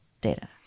data